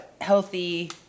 healthy